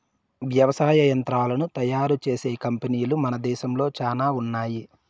వ్యవసాయ యంత్రాలను తయారు చేసే కంపెనీలు మన దేశంలో చానా ఉన్నాయి